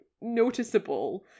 noticeable